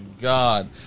God